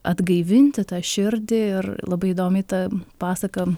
atgaivinti tą širdį ir labai įdomiai ta pasaka